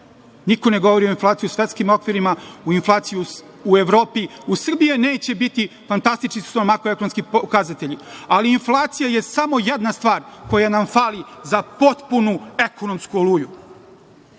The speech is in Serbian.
niko ne govori o inflaciji u svetskim okvirima, o inflaciji u Evropi. U Srbiji neće biti, fantastični su nam makroekonomski pokazatelji, ali inflacija je samo jedna stvar koja nam fali za potpunu ekonomsku oluju. Ne